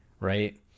right